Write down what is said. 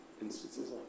instances